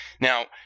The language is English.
Now